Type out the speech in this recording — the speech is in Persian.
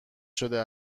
شده